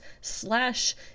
slash